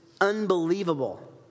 Unbelievable